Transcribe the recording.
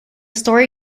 story